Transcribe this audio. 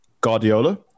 Guardiola